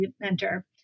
mentor